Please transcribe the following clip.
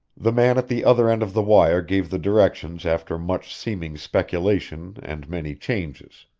the man at the other end of the wire gave the directions after much seeming speculation and many changes.